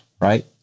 right